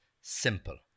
simple